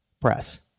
press